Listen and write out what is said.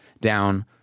down